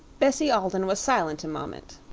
bessie alden was silent a moment.